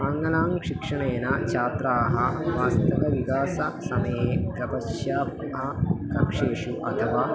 आङ्ग्लशिक्षणेन छात्राः वास्तविकविकासस्य समये कक्षायां कक्षायाम् अथवा